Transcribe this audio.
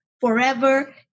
forever